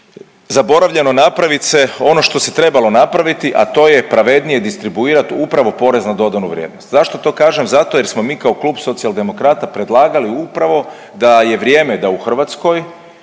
zaboravljeno napravit se ono što se trebalo napraviti, a to je pravednije distribuirati upravo porez na dodatnu vrijednost. Zašto to kažem? Zato jer smo mi kao klub Socijaldemokrata predlagali upravo da je vrijeme da u Hrvatskoj